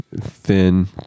thin